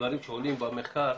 דברים שעולים במחקר.